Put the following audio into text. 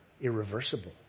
irreversible